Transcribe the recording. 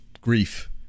grief